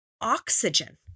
oxygen